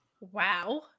Wow